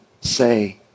say